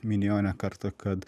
minėjo ne kartą kad